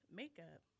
makeup